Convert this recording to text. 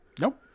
Nope